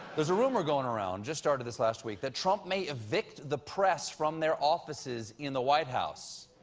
there is a rumor going around, just started this last week that trump may evict the press from their offices in the white house.